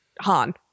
Han